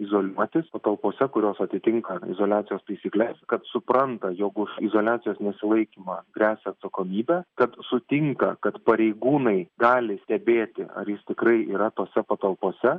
izoliuotis patalpose kurios atitinka izoliacijos taisykles kad supranta jog už izoliacijos nesilaikymą gresia atsakomybė kad sutinka kad pareigūnai gali stebėti ar jis tikrai yra tose patalpose